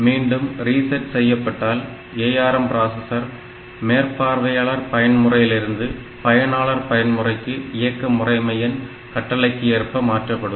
மீண்டும் ரீசெட் செய்யப்பட்டால் ARM processor மேற்பார்வையாளர் பயன் முறையிலிருந்து பயனாளர் பயன்முறைறைக்கு இயக்க முறைமையின் கட்டளைக்கு ஏற்ப மாற்றப்படும்